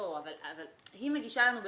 אבל היא מגישה להם דוח,